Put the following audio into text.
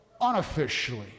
unofficially